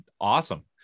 Awesome